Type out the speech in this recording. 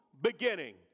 beginning